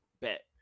Bet